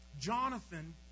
Jonathan